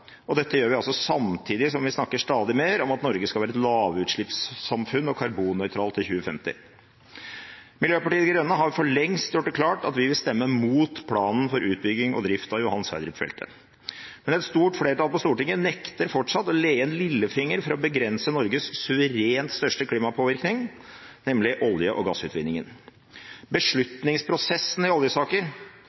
og dette gjør vi altså samtidig som at vi snakker stadig mer om at Norge skal være et lavutslippssamfunn og karbonnøytralt i 2050. Miljøpartiet De Grønne har for lengst gjort det klart at vi vil stemme imot planen for utbygging og drift av Johan Sverdrup-feltet. Men et stort flertall på Stortinget nekter fortsatt å lee på en lillefinger for å begrense Norges suverent største klimapåvirkning, nemlig olje- og gassutvinningen. Beslutningsprosessen i oljesaker